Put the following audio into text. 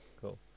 cool